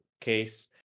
case